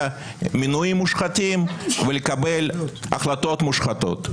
מינויים מוחלטים ולקבל החלטות מושחתות.